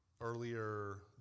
Earlier